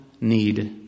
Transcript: need